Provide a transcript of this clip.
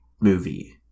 movie